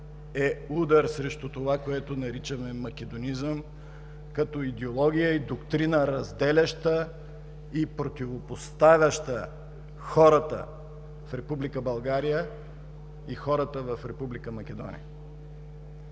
е удар срещу това, което наричаме македонизъм, като идеология и доктрина, разделяща и противопоставяща хората в Република България и хората в Република Македония.